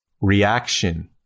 Reaction